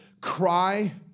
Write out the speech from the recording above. cry